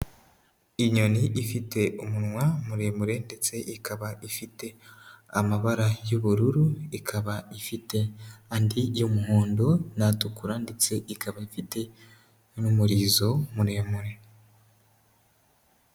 Inyoni ifite umunwa muremure ndetse ikaba ifite amabara y'ubururu, ikaba ifite andi y'umuhondo n'atukura ndetse ikaba ifite n'umurizo muremure.